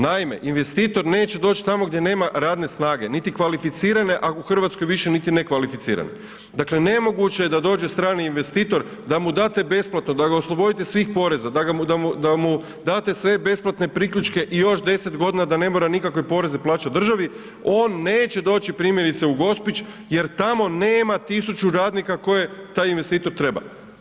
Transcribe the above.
Naime, investitor neće doć tamo gdje nema radne snage, niti kvalificirane, a u RH više niti nekvalificirane, dakle nemoguće je da dođe strane investitor da mu date besplatno, da ga oslobodite svih poreza, da mu date sve besplatne priključke i još 10.g. da ne mora nikakve poreze plaćat državi, on neće doći primjerice u Gospić jer tamo nema 1000 radnika koje taj investitor treba.